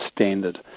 standard